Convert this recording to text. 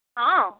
অঁ